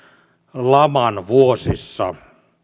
laman vuosissa